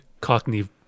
Cockney